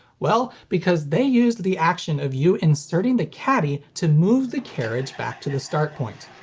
well, because they used the action of you insterting the caddy to move the carriage back to the start point.